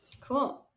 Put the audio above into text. Cool